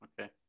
Okay